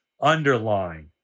underline